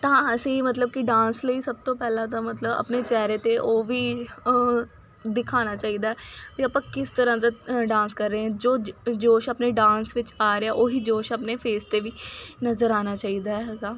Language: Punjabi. ਤਾਂ ਅਸੀਂ ਮਤਲਬ ਕਿ ਡਾਂਸ ਲਈ ਸਭ ਤੋਂ ਪਹਿਲਾਂ ਤਾਂ ਮਤਲਬ ਆਪਣੇ ਚਿਹਰੇ 'ਤੇ ਉਹ ਵੀ ਦਿਖਾਣਾ ਚਾਹੀਦਾ ਹੈ ਅਤੇ ਆਪਾਂ ਕਿਸ ਤਰ੍ਹਾਂ ਦਾ ਡਾਂਸ ਕਰ ਰਹੇ ਹਾਂ ਜੋ ਜੋਸ਼ ਆਪਣੇ ਡਾਂਸ ਵਿੱਚ ਆ ਰਿਹਾ ਉਹੀ ਜੋਸ਼ ਆਪਣੇ ਫੇਸ 'ਤੇ ਵੀ ਨਜ਼ਰ ਆਉਣਾ ਚਾਹੀਦਾ ਹੈ ਹੈਗਾ